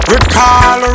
Recall